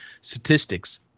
statistics